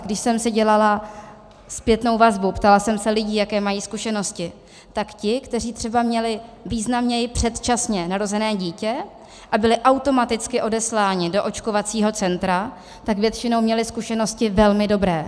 Když jsem si dělala zpětnou vazbu, ptala jsem se lidí, jaké mají zkušenosti, tak ti, kteří třeba měli významněji předčasně narozené dítě a byli automaticky odesláni do očkovacího centra, tak většinou měli zkušenosti velmi dobré.